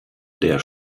der